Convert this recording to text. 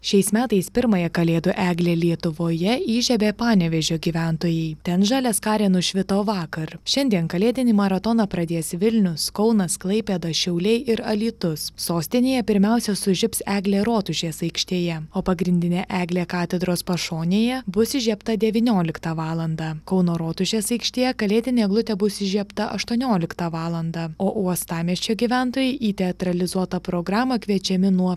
šiais metais pirmąją kalėdų eglę lietuvoje įžiebė panevėžio gyventojai ten žaliaskarė nušvito vakar šiandien kalėdinį maratoną pradės vilnius kaunas klaipėda šiauliai ir alytus sostinėje pirmiausia sužibs eglė rotušės aikštėje o pagrindinė eglė katedros pašonėje bus įžiebta devynioliktą valandą kauno rotušės aikštėje kalėdinė eglutė bus įžiebta aštuonioliktą valandą o uostamiesčio gyventojai į teatralizuotą programą kviečiami nuo